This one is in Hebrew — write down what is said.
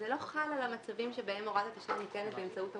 זה לא חל על המצבים שבהם הוראת התשלום ניתנת באמצעות המוטב.